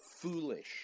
foolish